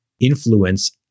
influence